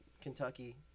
Kentucky